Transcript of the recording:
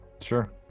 Sure